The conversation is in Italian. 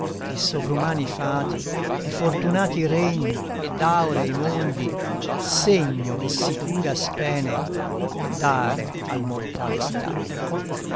di sovrumani fati di fortunati regni e d'aurei mondi segno e sicura spene dare al mortale stato